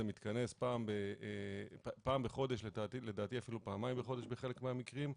מתכנס פעם בחודש ולדעתי אפילו פעמיים בחודש בחלק מהמקרים,